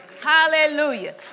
Hallelujah